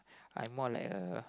I'm more like a